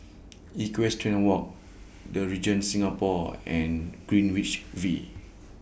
Equestrian Walk The Regent Singapore and Greenwich V